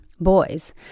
boys